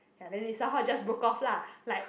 ya then they somehow just broke off lah like